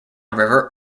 river